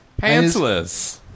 Pantsless